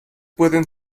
pueden